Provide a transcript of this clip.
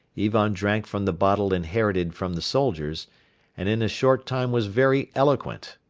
ivan drank from the bottle inherited from the soldiers and in a short time was very eloquent,